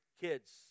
kids